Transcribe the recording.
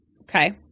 Okay